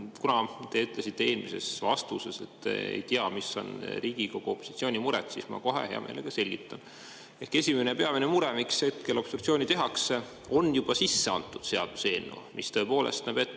Kuna te ütlesite eelmises vastuses, et te ei tea, mis on Riigikogu opositsiooni mured, siis ma hea meelega selgitan. Esimene, peamine mure, miks hetkel obstruktsiooni tehakse, on juba sisse antud seaduseelnõu, mis näeb ette